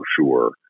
sure